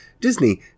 Disney